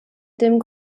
dem